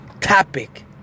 topic